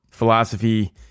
philosophy